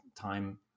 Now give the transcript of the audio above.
time